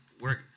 work